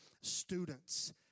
Students